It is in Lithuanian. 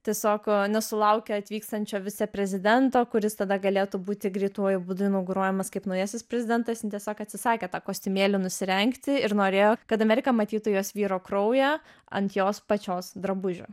tiesiog nesulaukia atvykstančio viceprezidento kuris tada galėtų būti greituoju būdu inauguruojamas kaip naujasis prezidentas jin tiesiog atsisakė tą kostiumėlį nusirengti ir norėjo kad amerika matytų jos vyro kraują ant jos pačios drabužių